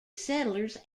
settlers